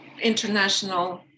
international